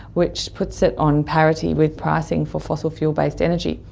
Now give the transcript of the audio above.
which puts it on parity with pricing for fossil fuel-based energy.